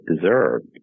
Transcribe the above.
deserved